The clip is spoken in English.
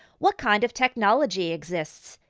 what kind of technology exists?